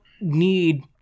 need